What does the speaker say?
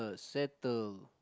settle